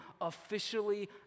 officially